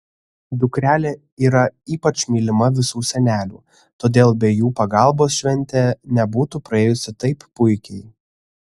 dukrelė yra ypač mylima visų senelių todėl be jų pagalbos šventė nebūtų praėjusi taip puikiai